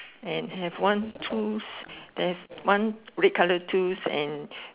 and have one tools and have on red colour tool and